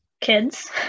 kids